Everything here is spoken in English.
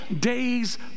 day's